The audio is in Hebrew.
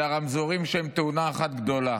אלא רמזורים שהם תאונה אחת גדולה.